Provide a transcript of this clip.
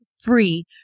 free